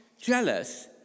jealous